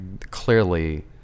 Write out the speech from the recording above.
clearly